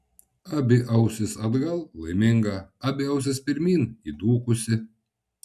abi ausys atgal laiminga abi ausys pirmyn įdūkusi